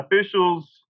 officials